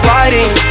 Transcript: riding